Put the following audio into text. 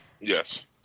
Yes